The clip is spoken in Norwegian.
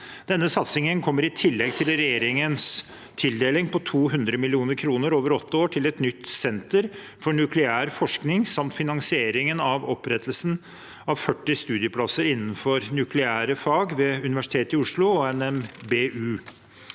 Denne satsingen kommer i tillegg til regjeringens tildeling på 200 mill. kr over åtte år til et nytt senter for nukleær forskning samt finansiering av opprettelsen av 40 studieplasser innenfor nukleære fag ved universitetet i Oslo og NMBU.